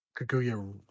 Kaguya